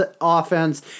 offense